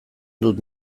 dut